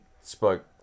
spoke